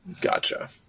Gotcha